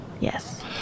Yes